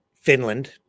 Finland